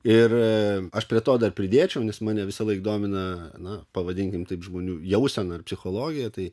ir aš prie to dar pridėčiau nes mane visąlaik domina na pavadinkim taip žmonių jausena ar psichologija tai